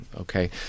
okay